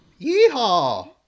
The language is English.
Yeehaw